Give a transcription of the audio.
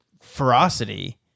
ferocity